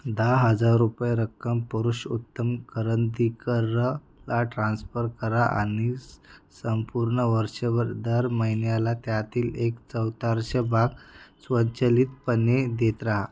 दहा हजार रुपये रक्कम पुरुषोत्तम करंदीकररा ला ट्रान्स्फर करा आणि संपूर्ण वर्षभर दर महिन्याला त्यातील एक चौतारश भाग स्वचलितपने देत राहा